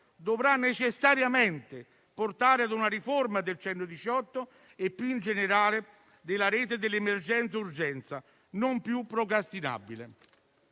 dovrà necessariamente portare a una riforma del 118 e più in generale della rete dell'emergenza-urgenza, non più procrastinabile.